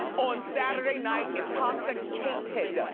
on saturday night, intoxicated. ah